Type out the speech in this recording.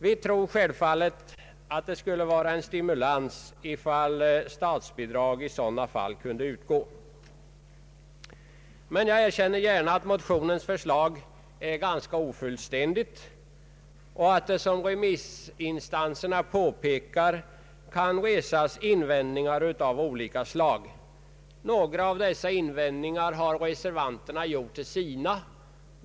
Vi tror självfallet att det skulle vara en stimulans om statsbidrag kunde utgå i sådana fall, men jag erkänner att motionens förslag är ganska ofullständigt och att det — som remissinstanserna påpekar — kan resas invändningar av olika slag däremot. Några av dessa invändningar har reservanterna gjort till sina.